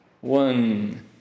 one